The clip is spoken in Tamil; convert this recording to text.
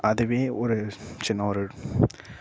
அதுவே ஒரு சின்ன ஒரு